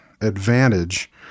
advantage